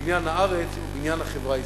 בניין הארץ ובניין החברה הישראלית.